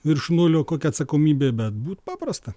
virš nulio kokia atsakomybė bet būt paprasta